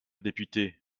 député